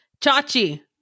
Chachi